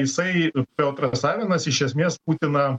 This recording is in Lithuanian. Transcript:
jisai piotras avenas iš esmės putiną